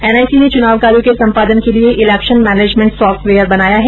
NIC ने चुनाव कार्यों के सम्पादन के लिए इलेक्शन मैनेजमेंट सॉफ्टवेयर बनाया है